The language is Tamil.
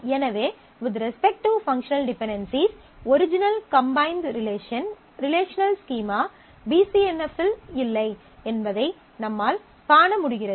எனவே with respect to functional dependencies original combined relational schema BCNF இல் இல்லை என்பதை நம்மால் காண முடிகிறது